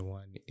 one